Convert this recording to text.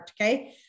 Okay